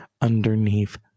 underneath